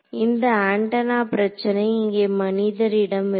அந்த ஆண்டனா பிரச்சனை இங்கே மனிதரிடம் இருக்கும்